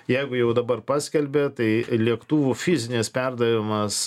jeigu jau dabar paskelbė tai lėktuvų fizinis perdavimas